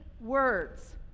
words